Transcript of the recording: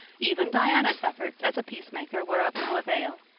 even diana's efforts as a peacemaker were of no avail.